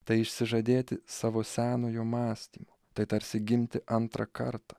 tai išsižadėti savo senojo mąstymo tai tarsi gimti antrą kartą